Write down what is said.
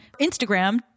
Instagram